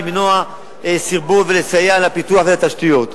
למנוע סרבול ולסייע לפיתוח ולתשתיות.